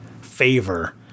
favor